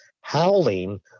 howling